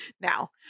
now